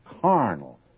carnal